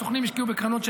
סוכנים השקיעו בקרנות,